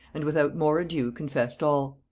and without more ado confessed all.